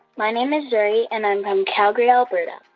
my name is jerry, and i'm from calgary, alberta.